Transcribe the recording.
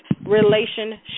relationship